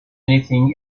anything